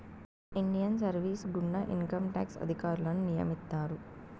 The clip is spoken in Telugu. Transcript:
ఇండియన్ సర్వీస్ గుండా ఇన్కంట్యాక్స్ అధికారులను నియమిత్తారు